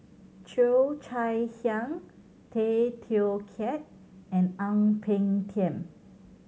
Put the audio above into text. Cheo Chai Hiang Tay Teow Kiat and Ang Peng Tiam